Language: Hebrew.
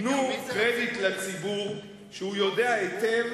תנו קרדיט לציבור שהוא יודע היטב